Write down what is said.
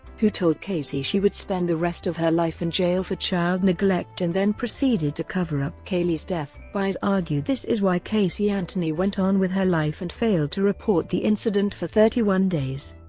who told casey she would spend the rest of her life in jail for child neglect and then proceeded to cover up caylee's death. baez argued this is why casey anthony went on with her life and failed to report the incident for thirty one days.